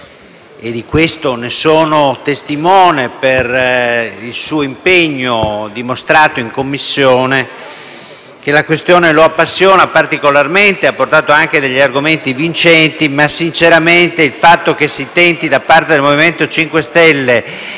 e di questo sono testimone, per l'impegno che ha dimostrato in Commissione - che la questione lo appassioni particolarmente. E sebbene gli abbia portato anche degli argomenti vincenti, sinceramente il fatto che si tenti da parte del MoVimento 5 Stelle